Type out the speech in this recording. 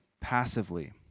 passively